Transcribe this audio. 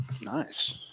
Nice